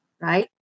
right